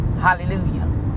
Hallelujah